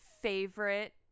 favorite